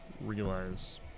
realize